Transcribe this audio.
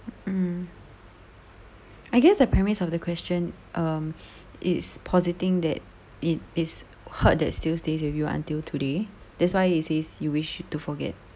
mm I guess the premise of the question um it's positing that it is hurt that still stays with you until today that's why he says you wish to forget